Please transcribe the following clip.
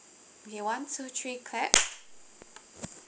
okay one two three clap